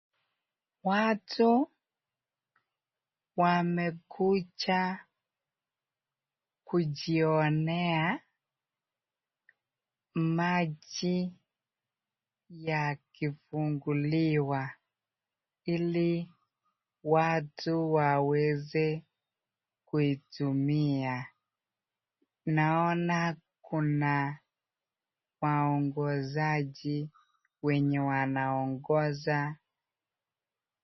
Watu wamekuja kujionea maji yakifunguliwa ili watu waweze kuitumia .Naona kuna waongozaji wenye wanaongoza.